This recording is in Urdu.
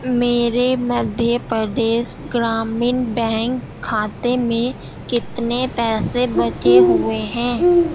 میرے مدھیہ پردیس گرامین بینک کھاتے میں کتنے پیسے بچے ہوئے ہیں